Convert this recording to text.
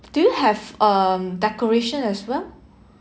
do you have um decoration as well